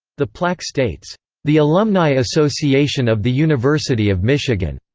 the plaque states the alumni association of the university of michigan.